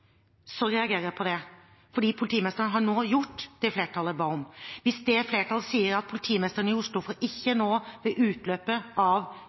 så reagerer jeg på det, for politimesteren har nå gjort det flertallet ba om. Hvis det flertallet sier at politimesteren i Oslo nå ved utløpet av